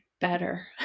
better